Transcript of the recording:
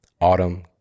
Autumn